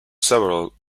several